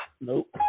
Nope